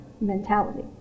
mentality